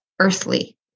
earthly